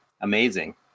amazing